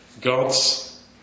God's